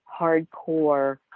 hardcore